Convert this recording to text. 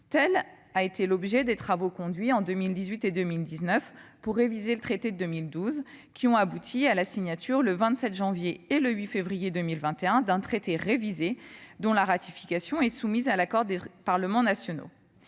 Tel a été l'objet des travaux conduits en 2018 et 2019 pour réviser le traité de 2012 : ceux-ci ont abouti à la signature, les 27 janvier et 8 février 2021, d'un traité révisé, dont la ratification est soumise à l'accord des parlements nationaux.